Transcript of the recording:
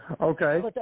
Okay